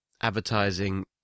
advertising